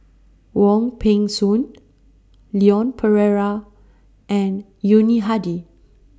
Wong Peng Soon Leon Perera and Yuni Hadi